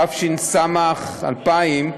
התש"ס 2000,